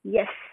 yes